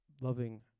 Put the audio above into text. loving